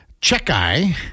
Checkeye